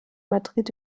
madrid